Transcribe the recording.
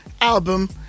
album